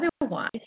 otherwise